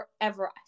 forever